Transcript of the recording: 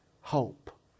hope